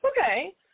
Okay